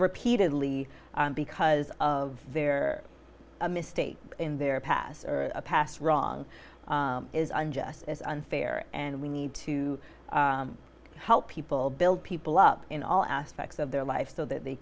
repeatedly because of their a mistake in their past or past wrong is unjust unfair and we need to help people build people up in all aspects of their life so that they